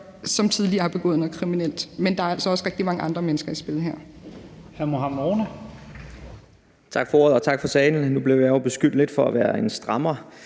som tidligere har begået noget kriminelt. Men der er altså også rigtig mange andre mennesker i spil her.